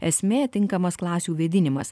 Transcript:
esmė tinkamas klasių vėdinimas